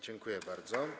Dziękuję bardzo.